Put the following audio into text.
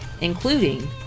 including